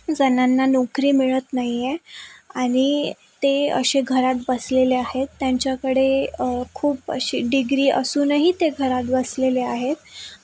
जणांना नोकरी मिळत नाही आहे आणि ते असे घरात बसलेले आहेत त्यांच्याकडे खूप असे डिग्री असूनही ते घरात बसलेले आहेत